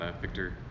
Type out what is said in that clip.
Victor